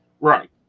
Right